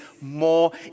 more